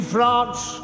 France